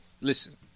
Listen